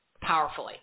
powerfully